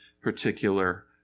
particular